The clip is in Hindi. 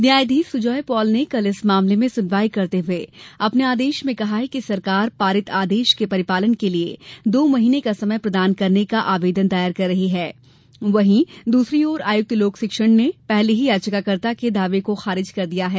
न्यायाधीश सुजय पॉल ने कल इस मामले में सुनवाई करते हुए अपने आदेश में कहा है कि सरकार पारित आदेश के परिपालन के लिए दो महीने का समय प्रदान करने का आवेदन दायर कर रही है वहीं दूसरी ओर आयुक्त लोक शिक्षण ने पहले ही याचिकाकर्ता के दावे को खारिज कर दिया है